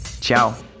ciao